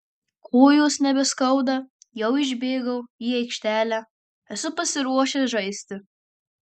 kojos nebeskauda jau išbėgau į aikštelę esu pasiruošęs žaisti